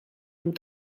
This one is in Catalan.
amb